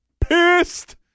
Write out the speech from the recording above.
pissed